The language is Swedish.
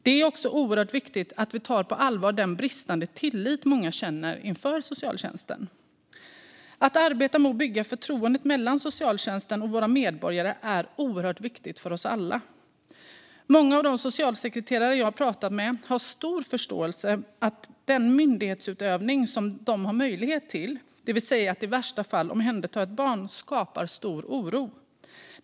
Det är också oerhört viktigt att vi tar den bristande tillit många känner inför socialtjänsten på allvar. Att arbeta med att bygga förtroende mellan socialtjänsten och våra medborgare är oerhört viktigt för oss alla. Många av de socialsekreterare som jag har pratat med har stor förståelse för att den myndighetsutövning som de har möjlighet till, det vill säga att i värsta fall omhänderta ett barn, skapar stor oro.